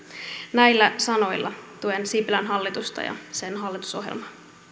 näillä sanoilla tuen sipilän hallitusta ja sen hallitusohjelmaa